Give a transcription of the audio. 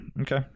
okay